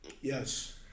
Yes